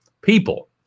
people